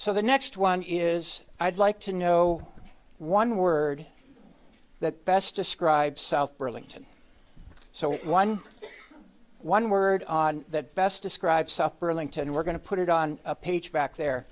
so the next one is i'd like to know one word that best describes south burlington so one one word that best describes south burlington we're going to put it on a page back